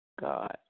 God